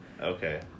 Okay